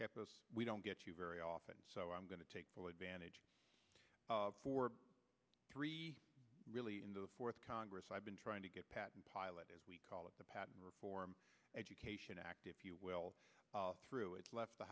kept us we don't get you very often so i'm going to take full advantage for three really in the fourth congress i've been trying to get patent pilot as we call it the patent reform education act if you will through it left the